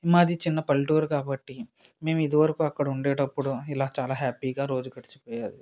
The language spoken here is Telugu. మాది చిన్న పల్లెటూరు కాబట్టి మేము ఇదివరకు అక్కడ ఉన్నప్పుడు ఇలా చాలా హ్యాపీగా రోజు గడిచిపోయేది